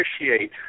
appreciate